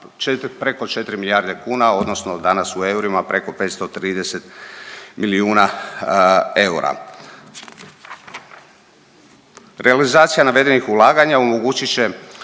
preko 4 milijarde kuna, odnosno danas u eurima preko 530 milijuna eura. Realizacija navedenih ulaganja omogućit će